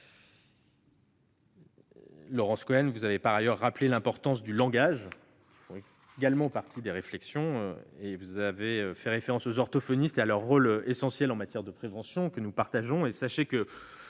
Madame Cohen, vous avez, par ailleurs, rappelé l'importance du langage. Cet aspect fait également partie des réflexions. Vous avez fait référence aux orthophonistes et à leur rôle essentiel en matière de prévention. Nous partageons